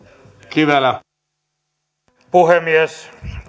puhemies